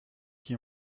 qui